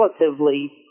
relatively